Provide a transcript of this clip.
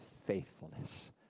faithfulness